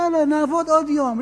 יאללה, נעבוד עוד יום.